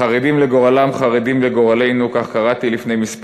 "חרדים לגורלם חרדים לגורלנו" כך קראתי לפני שנים מספר,